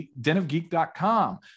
denofgeek.com